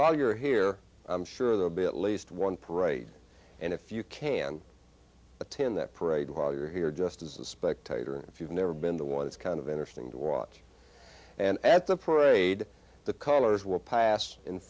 while you're here i'm sure they'll be at least one parade and if you can attend that parade while you're here just as a spectator if you've never been to one it's kind of interesting to watch and at the parade the colors will pass in